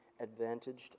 advantaged